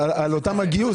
על אותו גיוס,